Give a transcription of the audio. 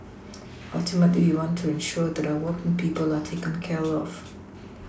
ultimately we want to ensure that our working people are taken care of